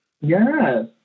Yes